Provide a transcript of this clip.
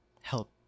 help